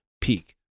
peak